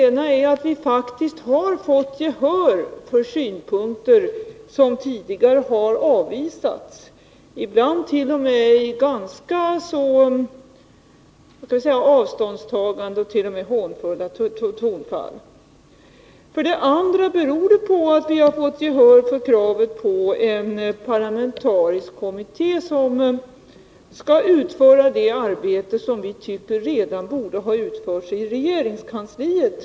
För det första har vi faktiskt fått gehör för synpunkter som tidigare har avvisats — ibland i ganska avståndstagande och t.o.m. hånfulla tonfall. För det andra har vi fått gehör för kravet på en parlamentarisk kommitté som skall utföra det arbete i en rad viktiga frågor som vi tycker redan borde har utförts inom regeringskansliet.